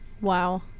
wow